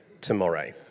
tomorrow